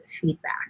feedback